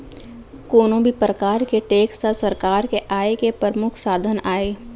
कोनो भी परकार के टेक्स ह सरकार के आय के परमुख साधन आय